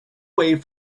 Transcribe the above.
way